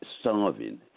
starving